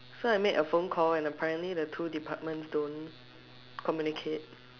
so I make a phone call and apparently the two departments don't communicate